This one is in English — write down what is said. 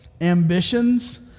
ambitions